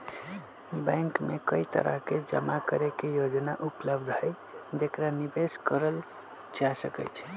bank में कई तरह के जमा करे के योजना उपलब्ध हई जेकरा निवेश कइल जा सका हई